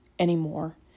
anymore